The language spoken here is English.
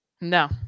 No